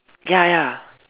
ya ya